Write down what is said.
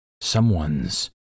someone's